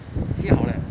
si 好 leh